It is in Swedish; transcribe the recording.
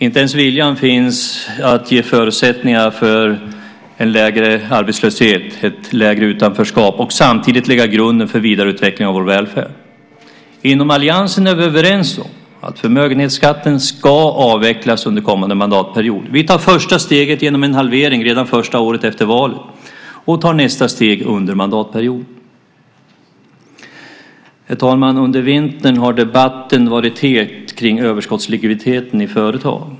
Inte ens viljan finns för att ge förutsättningar för en lägre arbetslöshet, ett mindre utanförskap och att samtidigt lägga grunden för vidareutvecklandet av vår välfärd. Inom alliansen är vi överens om att förmögenhetsskatten ska avvecklas under kommande mandatperiod. Vi tar det första steget genom en halvering redan första året efter valet och tar nästa steg under mandatperioden. Herr talman! Under vintern har debatten varit het kring överskottslikviditeten i företag.